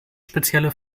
spezielle